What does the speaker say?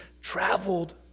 traveled